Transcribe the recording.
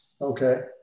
okay